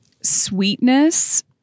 sweetness